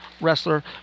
wrestler